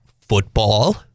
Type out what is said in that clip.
football